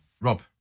Rob